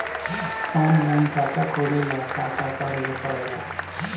Online खाता खोले ला का का करे के पड़े ला?